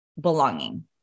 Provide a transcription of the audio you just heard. belonging